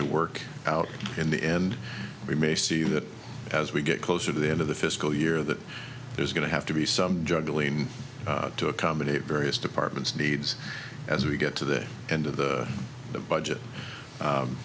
to work out in the end we may see that as we get closer to the end of the fiscal year that there's going to have to be some juggling to accommodate various departments needs as we get to the end of the the budget